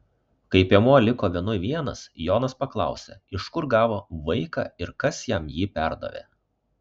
kai piemuo liko vienui vienas jonas paklausė iš kur gavo vaiką ir kas jam jį perdavė